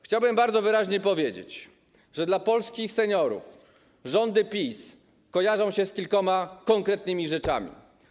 Chciałbym bardzo wyraźnie powiedzieć, że polskim seniorom rządy PiS kojarzą się z kilkoma konkretnymi rzeczami.